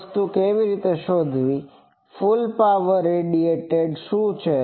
વસ્તુ એ છે કે કેવી રીતે શોધવી કુલ પાવર રેડિએટ શું છે